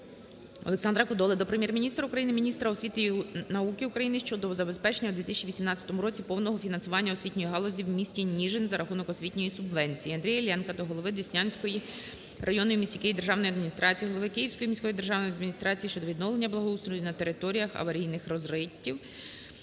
Олександра Кодоли до Прем'єр-міністра України, міністра освіти і науки України щодо забезпечення в 2018 році повного фінансування освітньої галузі в місті Ніжин за рахунок освітньої субвенції. Андрія Іллєнка до голови Деснянської районної в місті Києві державної адміністрації, голови Київської міської державної адміністрації щодо відновлення благоустрою на територіях аварійнихрозриттів